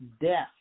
death